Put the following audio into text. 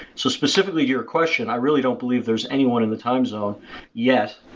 so specifically, your question, i really don't believe there's anyone in the time zone yet,